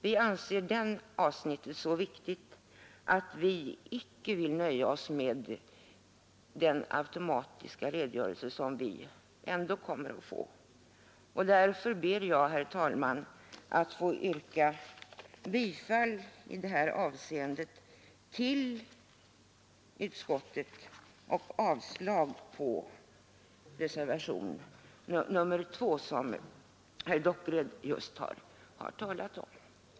Vi anser det avsnittet så viktigt att vi icke vill nöja oss med den automatiska redogörelse som vi ändå kommer att få. Därför ber jag, herr talman, att i det här avseendet få yrka bifall till utskottets hemställan och avslag på reservationen 2, som herr Dockered just har talat för.